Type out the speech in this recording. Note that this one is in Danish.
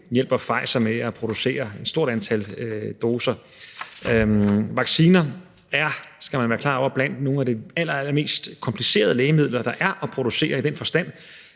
hjælper Pfizer med at producere et stort antal doser. Vacciner er, skal man være klar over, blandt nogle af de allerallermest komplicerede lægemidler, der er at producere, i den forstand